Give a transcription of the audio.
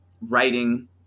writing